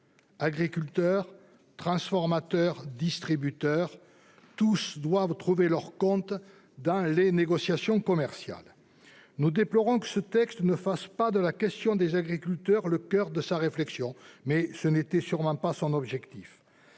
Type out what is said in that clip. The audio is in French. Agriculteurs, transformateurs et distributeurs, tous doivent trouver leur compte dans les négociations commerciales. Nous déplorons que ce texte ne fasse pas de la question des agriculteurs le coeur de sa réflexion. Mais tel n'était sans doute pas son objectif